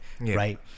Right